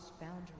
boundaries